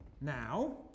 now